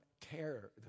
tear